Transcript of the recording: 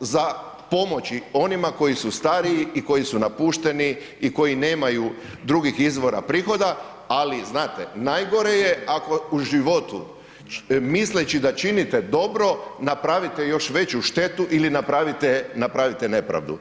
za pomoći onima koji su stariji i koji su napušteni i koji nemaju drugih izvora prihoda, ali znate najgore je ako u životu misleći da činite dobro napravite još veću štetu ili napravite nepravdu.